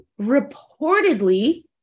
reportedly